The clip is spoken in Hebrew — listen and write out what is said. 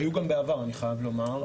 אני חייב לומר שהיו גם בעבר,